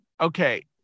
okay